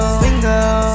single